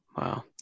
Wow